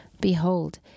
behold